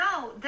no